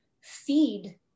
feed